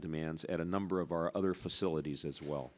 demands and a number of our other facilities as well